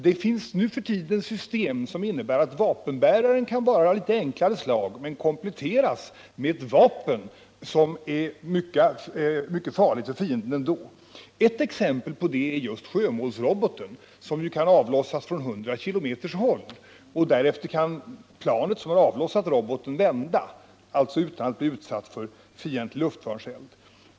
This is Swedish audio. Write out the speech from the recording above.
Det finns nu för tiden system som innebär att vapenbäraren kan vara av litet enklare slag men kompletteras med ett vapen som är mycket farligt för fienden ändå. Ett exempel på det är just sjömålsroboten, som kan avlossas från 100 kilometers håll. Därefter kan det plan som avlossat roboten vända utan att bli utsatt för fientlig luftvärnseld.